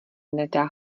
nedá